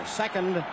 second